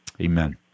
amen